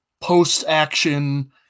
post-action